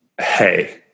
hey